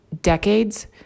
decades